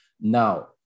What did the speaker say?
Now